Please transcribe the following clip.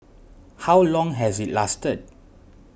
how long has it lasted